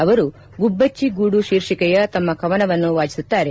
ಅವರು ಗುಬ್ಬಟ್ಟಿ ಗೂಡು ಶೀರ್ಷಿಕೆಯ ತಮ್ಮ ಕವನವನ್ನು ವಾಚಿಸುತ್ತಾರೆ